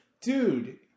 Dude